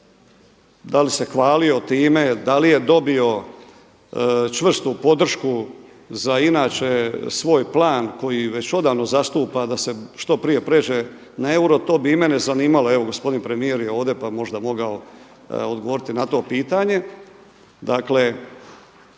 Da li se hvalio time, da li je dobio čvrstu podršku za inače svoj plan koji već odavno zastupa da se što prije prijeđe na euro, to bi i mene zanimalo. Evo gospodin premijer je ovdje pa bi možda mogao odgovoriti na to pitanje.